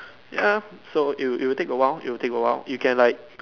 ya so it will it will take a while it will take a while you get like